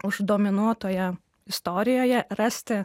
uždominuotoje istorijoje rasti